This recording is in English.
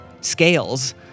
scales